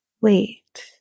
wait